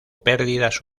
perdidas